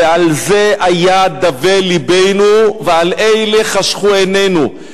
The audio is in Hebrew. ועל זה היה דווה לבנו ועל אלה חשכו עינינו,